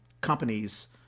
companies